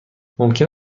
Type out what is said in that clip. ممکن